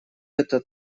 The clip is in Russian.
этот